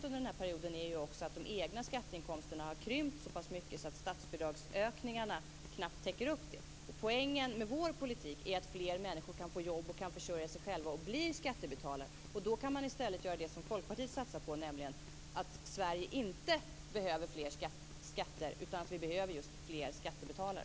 Under den här perioden har ju också de egna skatteinkomsterna krympt så pass mycket att statsbidragsökningarna knappt täcker det. Poängen med vår politik är att fler människor skall kunna få jobb, försörja sig själva och bli skattebetalare. Då kan man i stället göra det som Folkpartiet satsar på. Sverige behöver nämligen inte fler skatter utan fler skattebetalare.